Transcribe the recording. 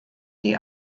die